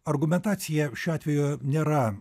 argumentacija šiuo atveju nėra